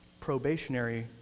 probationary